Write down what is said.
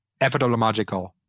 epidemiological